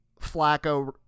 Flacco